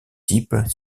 type